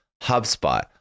HubSpot